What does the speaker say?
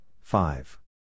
five